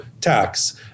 tax